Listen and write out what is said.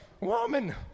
woman